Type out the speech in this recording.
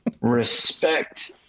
Respect